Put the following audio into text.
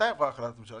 מתי עברה החלטת הממשלה?